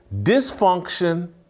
dysfunction